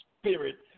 spirit